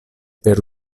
per